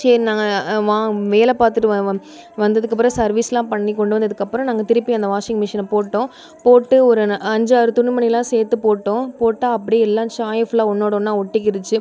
சரி நாங்கள் வாங் வேலை பார்த்துட்டு வ வ வந்ததுக்கப்பறம் சர்விஸ்லாம் பண்ணி கொண்டு வந்ததுக்கப்பறம் நாங்கள் திருப்பி அந்த வாஷிங் மிஷினை போட்டுட்டோம் போட்டு ஒரு ந ஐந்து ஆறு துணிமணிலாம் சேர்த்து போட்டோம் போட்டால் அப்படியே எல்லாம் சாயம் ஃபுல்லாக ஒன்றோடு ஒன்றாக ஒட்டிகிடுச்சு